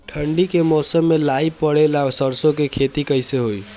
ठंडी के मौसम में लाई पड़े ला सरसो के खेती कइसे होई?